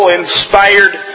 inspired